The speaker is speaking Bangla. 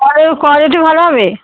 কাপড়ের কোয়ালিটি ভালো হবে